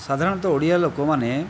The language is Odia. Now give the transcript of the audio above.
ସାଧାରଣତଃ ଓଡ଼ିଆ ଲୋକମାନେ